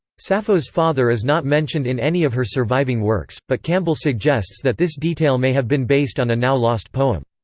sappho's father is not mentioned in any of her surviving works, but campbell suggests that this detail may have been based on a now-lost poem.